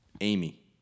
Amy